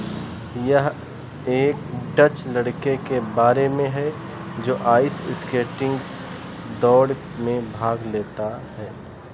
यह एक डच लड़के के बारे में है जो आइस स्केटिंग दौड़ में भाग लेता है